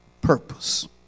purpose